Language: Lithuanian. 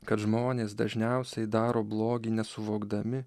kad žmonės dažniausiai daro blogį nesuvokdami